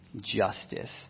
justice